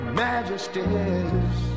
majesties